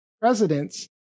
presidents